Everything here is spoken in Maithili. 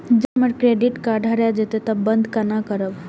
जब हमर क्रेडिट कार्ड हरा जयते तब बंद केना करब?